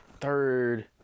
third